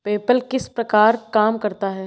PayPal किस प्रकार काम करता है?